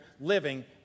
living